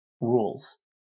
rules